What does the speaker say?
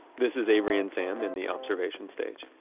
this is avery and sam in the observation stage.